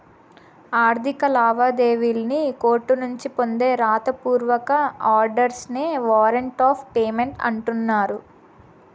ఆర్థిక లావాదేవీల్లి కోర్టునుంచి పొందే రాత పూర్వక ఆర్డర్స్ నే వారంట్ ఆఫ్ పేమెంట్ అంటన్నారు